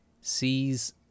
sees